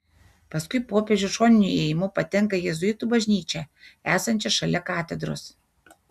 paskui popiežius šoniniu įėjimu patenka į jėzuitų bažnyčią esančią šalia katedros